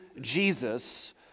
Jesus